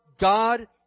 God